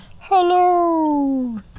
Hello